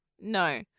no